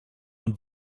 und